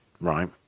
right